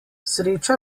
sreča